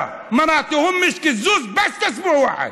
כלומר לא יהיה קיזוז רק לשבוע אחד)